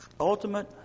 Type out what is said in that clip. ultimate